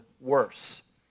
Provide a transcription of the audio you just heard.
worse